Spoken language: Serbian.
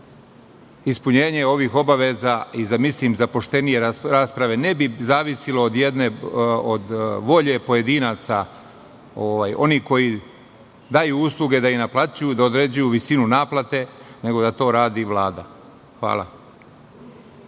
ispunjenje ovih obaveza. Ne bi zavisilo od volje pojedinaca, onih koji daju usluge da im naplaćuju, da određuju visinu naplate, nego da to radi Vlada. Hvala.